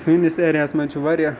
سٲنِس ایریا ہَس مَنٛز چھُ واریاہ